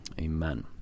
Amen